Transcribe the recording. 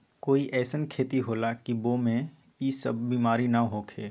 कोई अईसन खेती होला की वो में ई सब बीमारी न होखे?